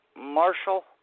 Marshall